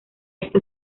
esto